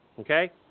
okay